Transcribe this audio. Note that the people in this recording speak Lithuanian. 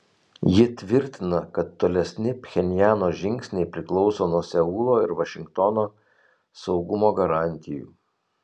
ji tvirtina kad tolesni pchenjano žingsniai priklauso nuo seulo ir vašingtono saugumo garantijų